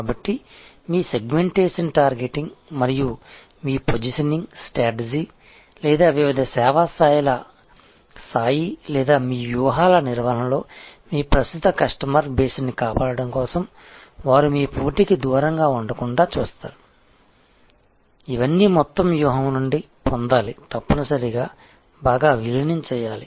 కాబట్టి మీ segmentation targeting మరియు పొజిషనింగ్ స్ట్రాటజీ లేదా వివిధ సేవా స్థాయిల స్థాయి లేదా మీ వ్యూహాల నిర్వహణలో మీ ప్రస్తుత కస్టమర్ బేస్ని కాపాడటం కోసం వారు మీ పోటీకి దూరంగా ఉండకుండా చూస్తారు ఇవన్నీ మొత్తం వ్యూహం నుండి పొందాలి తప్పనిసరిగా బాగా విలీనం చేయాలి